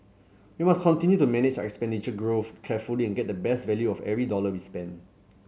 we must continue to manage our expenditure growth carefully and get the best value of every dollar we spend